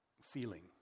feeling